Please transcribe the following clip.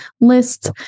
lists